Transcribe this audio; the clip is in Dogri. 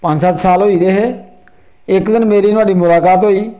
पंज सत्त साल होई गेदे हे इक दिन मेरी नोहाड़ी मुलाकात होई